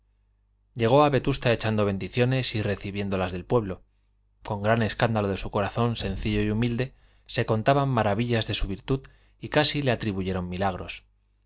llegó a vetusta echando bendiciones y recibiéndolas del pueblo con gran escándalo de su corazón sencillo y humilde se contaban maravillas de su virtud y casi le atribuyeron milagros